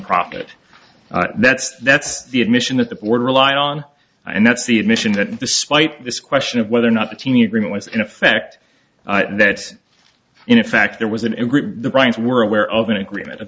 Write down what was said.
profit that's that's the admission that the board rely on and that's the admission that despite this question of whether or not the teeny agreement was in effect that in fact there was an agreed the rights were aware of an agreement o